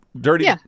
dirty